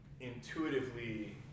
intuitively